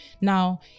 now